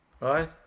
right